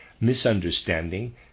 misunderstanding